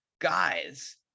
guys